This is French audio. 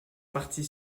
partie